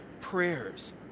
prayers